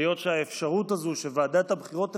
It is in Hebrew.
היות שהאפשרות הזאת שוועדת הבחירות תפקח,